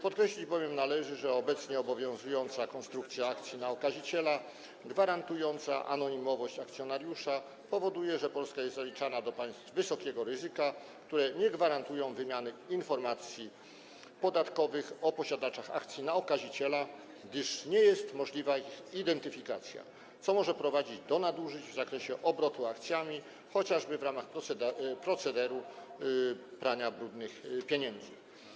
Podkreślić bowiem należy, że obecnie obowiązująca konstrukcja akcji na okaziciela gwarantująca anonimowość akcjonariusza powoduje, że Polska jest zaliczana do państw wysokiego ryzyka, które nie gwarantują wymiany informacji podatkowych o posiadaczach akcji na okaziciela, gdyż nie jest możliwa ich identyfikacja, co może prowadzić do nadużyć w zakresie obrotu akcjami, chociażby w ramach procederu prania brudnych pieniędzy.